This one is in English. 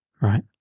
Right